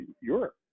Europe